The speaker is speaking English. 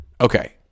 Okay